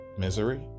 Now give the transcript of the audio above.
misery